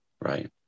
right